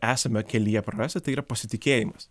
esame kelyje prarasti tai yra pasitikėjimas